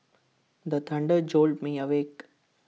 the tender jolt me awake